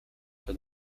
for